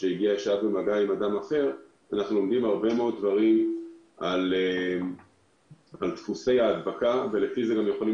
אנחנו לומדים הרבה מאוד דברים על דפוסי ההדבקה ולפי זה אנחנו גם יכולים